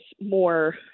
more